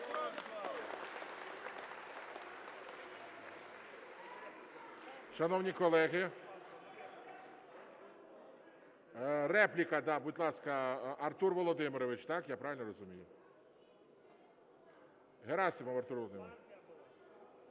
Шановні колеги! Репліка, будь ласка, Артур Володимирович. Так, я правильно розумію? Герасимов Артур Володимирович.